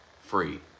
free